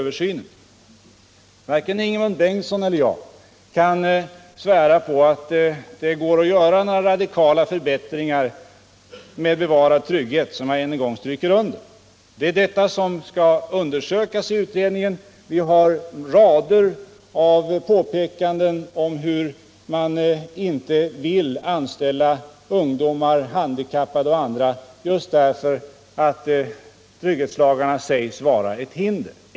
Varken Ingemund Bengtsson eller jag kan svära på att det går att göra några radikala förbättringar med bevarande av tryggheten. Det är det som skall undersökas i utredningen. Vi har fått rader av påpekanden om att arbetsgivare inte vill anställa ungdomar, handikappade och andra därför att trygghetslagarna sägs vara ett hinder.